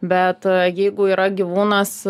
bet jeigu yra gyvūnas